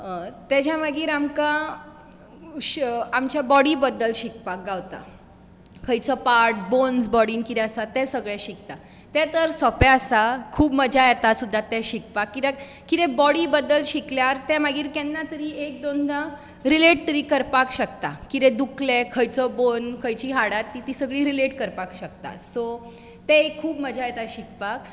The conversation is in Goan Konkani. तेज्या मागीर आमकां आमच्या बोडी बद्दल शिकपाक गावता खंयचो पार्ट बोन्ज बॉडीन कितें आसा तें सगळें शिकता तें तर सोंपें आसा खूप मजा येता तें शिकपाक कित्याक बॉडी बद्दल शिकल्यार तें मागीर केन्ना तरी एक दोन दां रिलेट तरी करपाक शकता कितें दुकलें खंयचो बोन खंयचीं हाडां तें सगळें रिलेट करपाक शकता सो तें एक खूप मजा येता शिकपाक